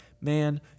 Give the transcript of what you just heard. man